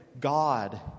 God